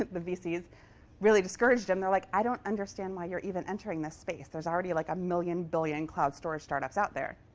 the vcs really discouraged him. they're like, i don't understand why you're even entering this space. there's already like a million billion cloud storage startups out there.